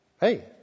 hey